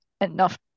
enough